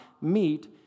meet